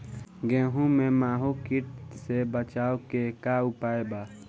गेहूँ में माहुं किट से बचाव के का उपाय बा?